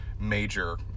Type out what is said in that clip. major